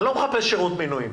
אני לא מחפש שירות מינויים.